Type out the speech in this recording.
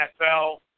NFL